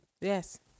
Yes